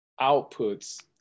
outputs